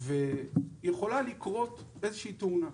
ויכולה לקרות איזושהי תאונה.